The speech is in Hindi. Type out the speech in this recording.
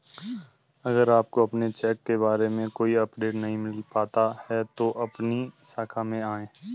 अगर आपको अपने चेक के बारे में कोई अपडेट नहीं मिल पाता है तो अपनी शाखा में आएं